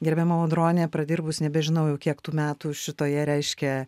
gerbiama audronė pradirbus nebežinau jau kiek tų metų šitoje reiškia